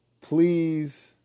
please